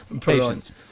Patience